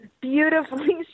beautifully